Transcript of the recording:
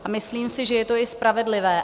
A myslím si, že je to i spravedlivé.